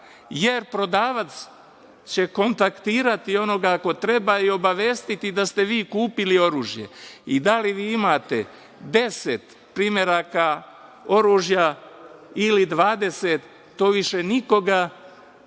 jer prodavac će kontaktirati onoga ko treba i obavestiti da ste vi kupili oružje i da li vi imate 10 primeraka oružja ili 20, to više nikoga ne